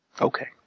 Okay